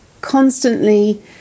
constantly